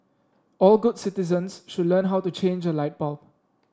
all good citizens should learn how to change a light bulb